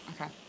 okay